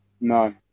No